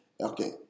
Okay